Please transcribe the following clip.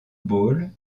bowl